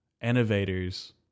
innovators